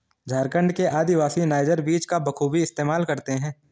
झारखंड के आदिवासी नाइजर बीज का बखूबी इस्तेमाल करते हैं